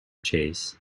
chase